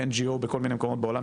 NGOs בעולם,